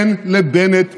אין לבנט מנדט.